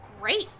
great